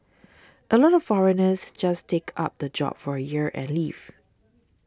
a lot of foreigners just take up the job for a year and leave